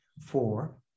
four